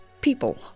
people